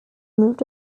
moved